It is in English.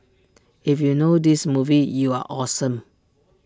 if you know this movie you're awesome